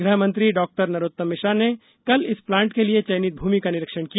गृहमंत्री डॉक्टर नरोत्तम मिश्रा ने कल इस प्लांट के लिए चयनित भूमि का निरीक्षण किया